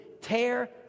Tear